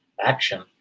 action